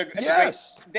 Yes